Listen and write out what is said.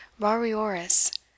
rarioris